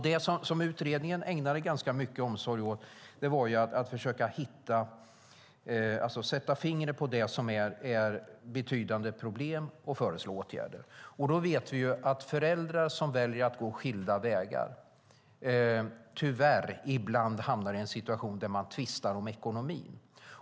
Det utredningen ägnade ganska mycket omsorg åt var att försöka sätta fingret på det som är betydande problem och föreslå åtgärder. Vi vet att föräldrar som väljer att gå skilda vägar ibland tyvärr hamnar i en situation där man tvistar om ekonomin.